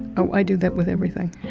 i do that with everything. i